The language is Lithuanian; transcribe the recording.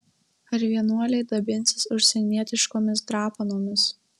ar vienuoliai dabinsis užsienietiškomis drapanomis